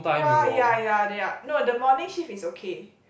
wah ya ya they are no the morning shift is okay